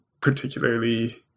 particularly